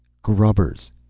grubbers.